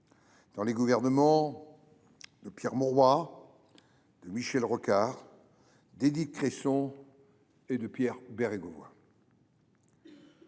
dans les gouvernements de Pierre Mauroy, de Michel Rocard, d’Édith Cresson et de Pierre Bérégovoy.